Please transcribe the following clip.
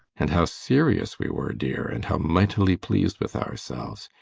and how serious we were, dear, and how mightily pleased with ourselves.